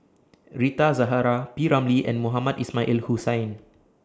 Rita Zahara P Ramlee and Mohamed Ismail in Hussain